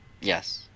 Yes